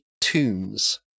tombs